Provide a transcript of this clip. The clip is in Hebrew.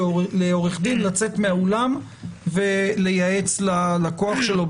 כך או כך זה לא מייתר את הנושא של התקנת תאים לשיחת סנגור ולקוחות,